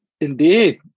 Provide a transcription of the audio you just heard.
Indeed